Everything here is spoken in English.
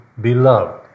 beloved